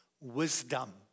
wisdom